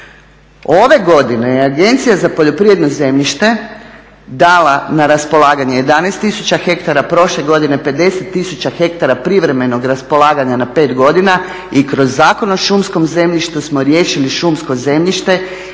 Ove godine je Agencija za poljoprivredno zemljište dala na raspolaganje 11 tisuća hektara, prošle godine 50 tisuća hektara privremenog raspolaganja na pet godina i kroz Zakon o šumskom zemljištu smo riješili šumsko zemljište